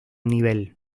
nivel